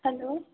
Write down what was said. hello